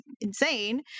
insane